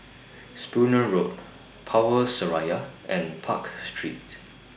Spooner Road Power Seraya and Park Street